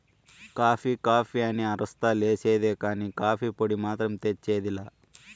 coffee coffee అని అరస్తా లేసేదే కానీ, కాఫీ పొడి మాత్రం తెచ్చేది లా